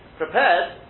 prepared